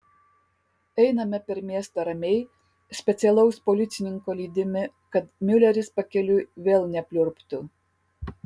einame per miestą ramiai specialaus policininko lydimi kad miuleris pakeliui vėl nepliurptų